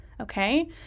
okay